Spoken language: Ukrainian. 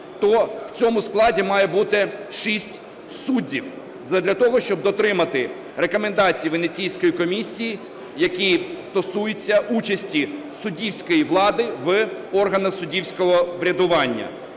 то в цьому складі має бути 6 суддів задля того, щоб дотримати рекомендації Венеційської комісії, які стосуються участі суддівської влади в органах суддівського врядування.